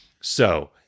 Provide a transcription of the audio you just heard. So-